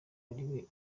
ari